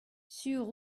sur